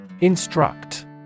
Instruct